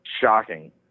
shocking